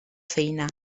feina